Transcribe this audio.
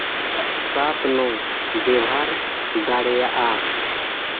ᱥᱟᱛ ᱱᱚ ᱵᱮᱣᱦᱟᱨ ᱫᱟᱲᱮᱭᱟᱜᱼᱟ